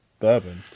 bourbon